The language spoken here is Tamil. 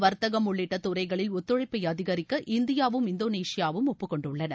வர்த்தகம் உள்ளிட்ட துறைகளில் ஒத்துழைப்பை அதிகரிக்க இந்தியாவும் இந்தோனேசியாவும் ஒப்பு கொண்டுள்ளன